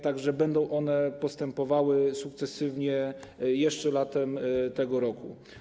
Tak że będą one postępowały sukcesywnie jeszcze latem tego roku.